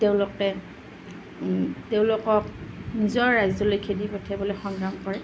তেওঁলোকে তেওঁলোকক নিজৰ ৰাজ্যলৈ খেদি পঠিয়াবলৈ সংগ্ৰাম কৰে